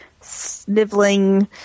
sniveling